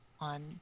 on